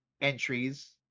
entries